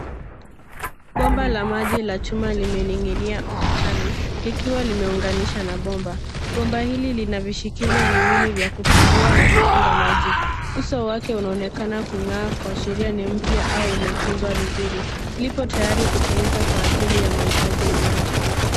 Bomba la maji la chuma limening'inia ukutani, likiwa limeunganishwa na bomba . Bomba hili lina vishikizo viwili vya kufungua na kufunga maji. Uso wake unaonekana kung’aa, kuashiria ni mpya au umetunzwa vizuri, lipo tayari kutumika kwa ajili ya mahitaji ya maji.